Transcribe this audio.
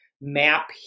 map